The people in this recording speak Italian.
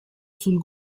sul